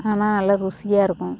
ஆனால் நல்லா ருசியாக இருக்கும்